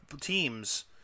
teams